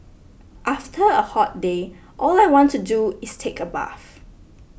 after a hot day all I want to do is take a bath